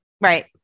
Right